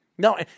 No